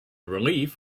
relief